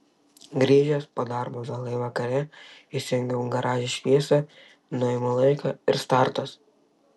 grįžęs po darbo vėlai vakare įsijungiu garaže šviesą nuimu laiką ir startas